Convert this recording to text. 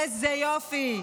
איזה יופי,